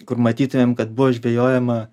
kur matytumėm kad buvo žvejojama